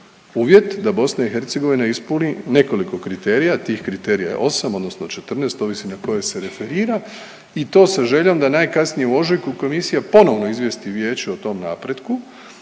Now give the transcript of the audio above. uvjet da BiH ispuni nekoliko kriterija, tih kriterija je 8 odnosno 14, ovisi na koje se referira i to sa željom da najkasnije u ožujku komisija ponovno izvijesti Vijeće o tom napretku,